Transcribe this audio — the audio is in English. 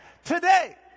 Today